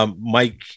Mike